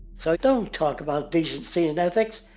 so don't talk about decency and ethics,